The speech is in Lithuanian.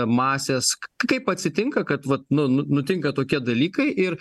masės kaip atsitinka kad vat nu nutinka tokie dalykai ir